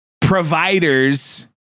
providers